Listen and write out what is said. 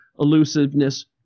elusiveness